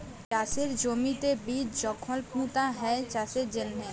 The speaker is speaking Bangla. চাষের জমিতে বীজ যখল পুঁতা হ্যয় চাষের জ্যনহে